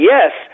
Yes